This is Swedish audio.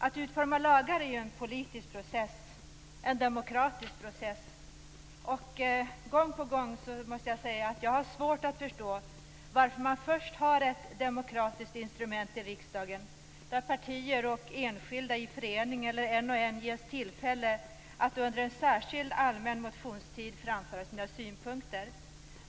Att utforma lagar är en politisk process - en demokratisk process. Gång på gång måste jag säga att jag har svårt att förstå varför man har ett demokratiskt instrument i riksdagen, där partier och enskilda, i förening eller en och en, ges tillfälle att under en särskild allmän motionstid framföra sina synpunkter.